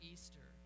Easter